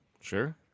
Sure